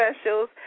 specials